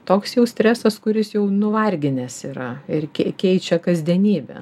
toks jau stresas kuris jau nuvarginęs yra ir kei keičia kasdienybę